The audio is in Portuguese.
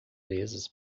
vezes